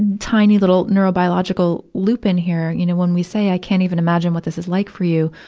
tiny little neurobiological loop in here, you know, when we say i can't even imagine what this is like for you,